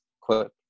quote